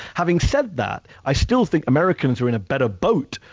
having said that, i still think americans are in a better boat,